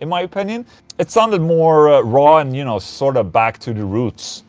in my opinion it sounded more raw and you know, sort of back to the roots